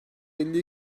elli